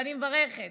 ואני מברכת